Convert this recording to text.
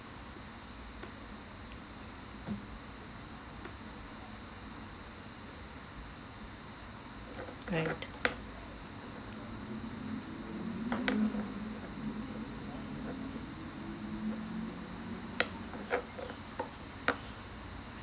right